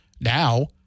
now